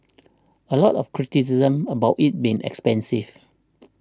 a lot of criticism about it being expensive